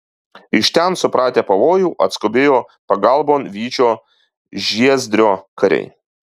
iš ten supratę pavojų atskubėjo pagalbon vyčio žiezdrio kariai